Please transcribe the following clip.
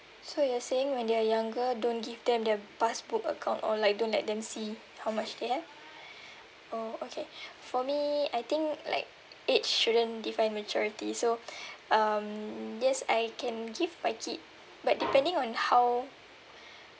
so you are saying when they're younger don't give them their passbook account or like don't let them see how much they have oh okay for me I think like it shouldn't define majority so um yes I can give my kid but depending on how